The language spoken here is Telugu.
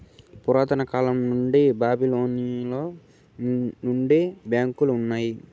పురాతన కాలం నుండి బాబిలోనియలో నుండే బ్యాంకులు ఉన్నాయి